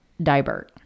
Dibert